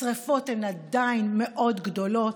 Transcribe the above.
השרפות הן עדיין מאוד גדולות.